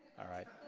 alright.